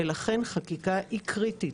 לכן חקיקה היא קריטית.